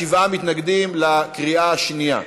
שבעה מתנגדים, בקריאה השנייה.